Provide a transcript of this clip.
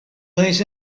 lays